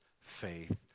faith